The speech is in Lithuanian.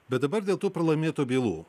bet dabar dėl tų pralaimėtų bylų